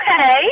okay